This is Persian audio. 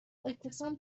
اتصال